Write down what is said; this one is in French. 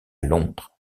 londres